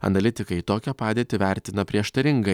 analitikai tokią padėtį vertina prieštaringai